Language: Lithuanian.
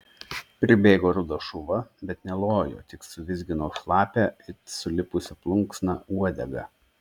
pribėgo rudas šuva bet nelojo tik suvizgino šlapią it sulipusi plunksna uodegą